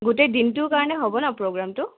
গোটেই দিনটোৰ কাৰণে হ'ব ন প্ৰ'গ্ৰোমটো